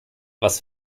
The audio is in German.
was